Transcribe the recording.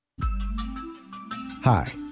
Hi